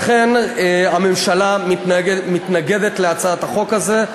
לכן הממשלה מתנגדת להצעת החוק הזאת.